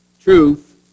truth